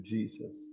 Jesus